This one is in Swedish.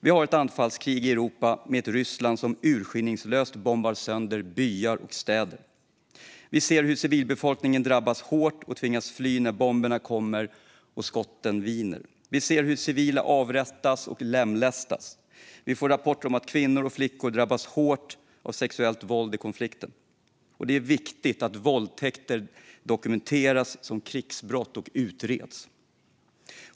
Vi har ett anfallskrig i Europa med ett Ryssland som urskillningslöst bombar sönder byar och städer. Vi ser hur civilbefolkningen drabbas hårt och tvingas fly när bomberna kommer och skotten viner. Vi ser hur civila avrättas och lemlästas. Vi får rapporter om att kvinnor och flickor drabbas hårt av sexuellt våld i konflikten, och det är viktigt att våldtäkter dokumenteras som krigsbrott och utreds.